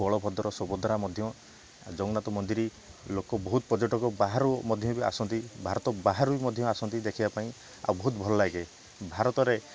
ବଳଭଦ୍ର ସୁଭଦ୍ରା ମଧ୍ୟ ଜଗନ୍ନାଥ ମନ୍ଦିର ଲୋକ ବହୁତ ପର୍ଯ୍ୟଟକ ବାହାରୁ ମଧ୍ୟ ଆସନ୍ତି ଭାରତ ବାହାରୁ ବି ମଧ୍ୟ ଆସନ୍ତି ଦେଖିବା ପାଇଁ ଆଉ ବହୁତ ଭଲ ଲାଗେ ଭାରତରେ